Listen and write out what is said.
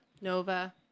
Nova